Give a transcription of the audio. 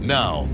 now